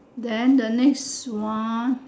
then the next one